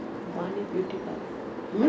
nice place very relaxing lah